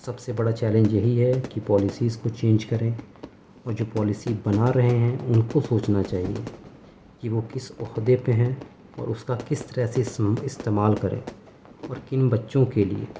سب سے بڑا چیلنج یہی ہے کہ پالیسیز کو چینج کریں اور جو پالیسی بنا رہے ہیں ان کو سوچنا چاہیے کہ وہ کس عہدے پہ ہیں اور اس کا کس طرح سے استعمال کریں اور کن بچوں کے لیے